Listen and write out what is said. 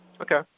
Okay